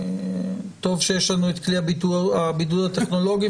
טוב שיש לנו את כלי הבידוד הטכנולוגי,